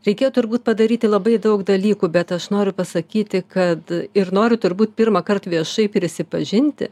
reikėjo turbūt padaryti labai daug dalykų bet aš noriu pasakyti kad ir noriu turbūt pirmąkart viešai prisipažinti